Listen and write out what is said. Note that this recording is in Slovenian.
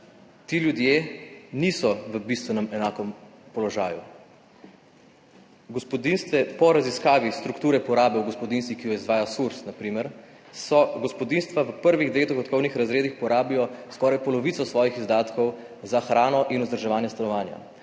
Ti ljudje niso v bistveno enakem položaju. Po raziskavi strukture porabe v gospodinjstvih, ki jo izvaja SURS, na primer, gospodinjstva v prvih dveh dohodkovnih razredih porabijo skoraj polovico svojih izdatkov za hrano in vzdrževanje stanovanja.